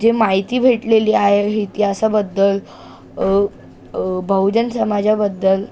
जे माहिती भेटलेली आहे इतिहासाबद्दल बहुजन समाजाबद्दल